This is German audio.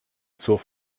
zur